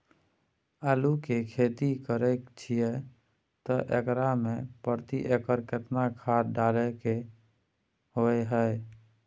आलू के खेती करे छिये त एकरा मे प्रति एकर केतना खाद डालय के होय हय?